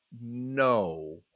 no